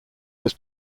was